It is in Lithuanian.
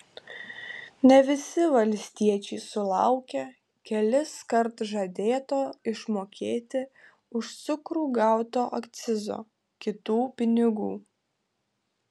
ne visi valstiečiai sulaukė keliskart žadėto išmokėti už cukrų gauto akcizo kitų pinigų